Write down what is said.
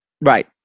right